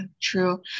true